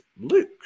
Luke